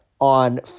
on